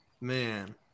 Man